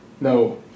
no